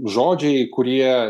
žodžiai kurie